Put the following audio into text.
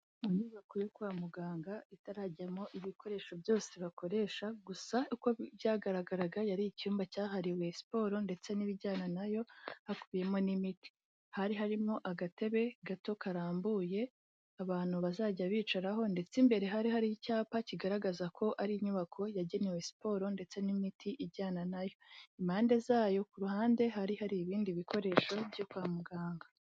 Inyubako yo kwa muganga itarajyamo ibikoresho byose bakoresha gusa uko byagaragaraga yari icyumba cyahariwe siporo ndetse n'ibijyana nayo hakubiyemo n'imiti, hari harimo agatebe gato karambuye abantu bazajya bicaraho ndetse imbere hari hari icyapa kigaragaza ko ari inyubako yagenewe siporo ndetse n'imiti ijyana nayo, impande zayo ku ruhande hari hari ibindi bikoresho byo kwa muganga.